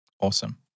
Awesome